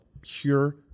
pure